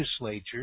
legislature